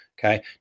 okay